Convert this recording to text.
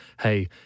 hey